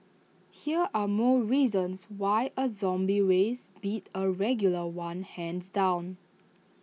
here are more reasons why A zombie race beat A regular one hands down